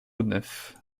neuf